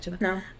No